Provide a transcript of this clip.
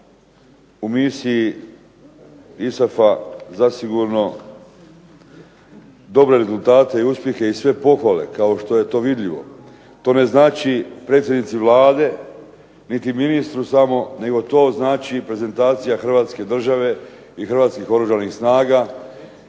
u misiji ISAF-a zasigurno dobre rezultate i uspjehe i sve pohvale kao što je to vidljivo. To ne znači predsjednici Vlade, niti ministru samo, nego to znači prezentacija Hrvatske države i Hrvatskih Oružanih snaga